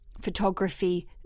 photography